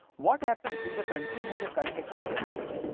what happens if the country has a current account deficit?